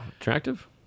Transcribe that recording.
Attractive